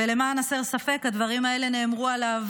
ולמען הסר ספק, הדברים האלה נאמרו עליו